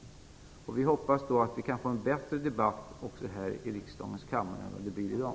Vi hoppas också att vi kan få en bättre debatt här i riksdagens kammare än den vi fått i dag.